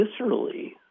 viscerally